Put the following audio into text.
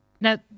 Now